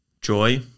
joy